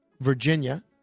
Virginia